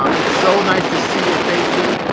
um it's so nice to see your faces.